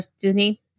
Disney